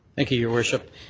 thank you, your worship.